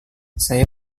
saya